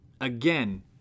Again